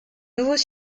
nouveaux